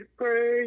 pray